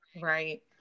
Right